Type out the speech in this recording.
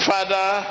Father